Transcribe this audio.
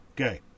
Okay